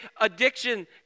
addiction